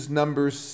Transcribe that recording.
numbers